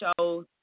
shows